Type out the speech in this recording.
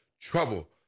trouble